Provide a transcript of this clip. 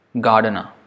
gardener